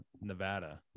nevada